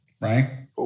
right